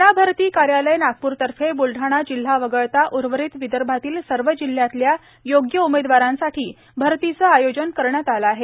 सेना भरती कार्यालय नागपूरतर्फे ब्लढाणा जिल्हा वगळता उर्वरित विदर्भातील सर्व जिल्ह्यातल्या योग्य उमेदवारांसाठी भरतीचं आयोजन करण्यात आलं आहे